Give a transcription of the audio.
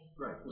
Right